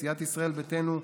סיעת ישראל ביתנו,